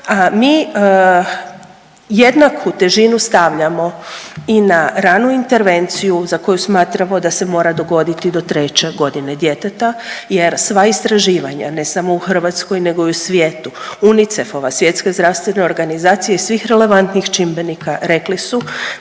mi jednaku težinu stavljamo i na ranu intervenciju za koju smatramo da se mora dogoditi do treće godine djeteta jer sva istraživanja, ne samo u Hrvatskoj nego i u svijetu, UNICEF-ova Svjetska zdravstvena organizacija i svih relevantnih čimbenika rekli su